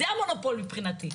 זה המונופול מבחינתי,